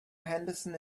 henderson